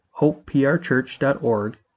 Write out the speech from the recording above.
hopeprchurch.org